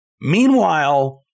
Meanwhile